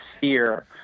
fear